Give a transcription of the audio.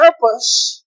purpose